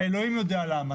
אלוהים יודע למה.